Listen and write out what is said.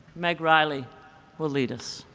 meg riley will lead us.